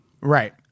right